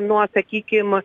nuo sakykim